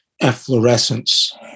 efflorescence